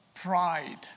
Pride